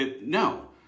No